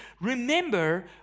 remember